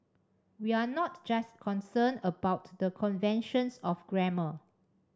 we're not just concerned about the conventions of grammar